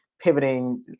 pivoting